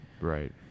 right